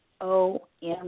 O-M